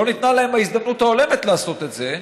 לא ניתנה להם ההזדמנות ההולמת לעשות את זה,